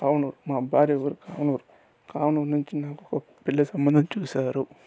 అవును మా భార్య ఊరు కానూరు నుంచి నాకు పెళ్లి సంబంధం చూసారు